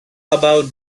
about